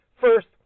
First